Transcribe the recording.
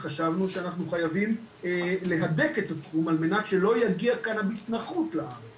חשבנו שאנחנו חייבים להדק את התחום על מנת שלא יגיע קנביס נחות לארץ